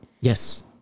Yes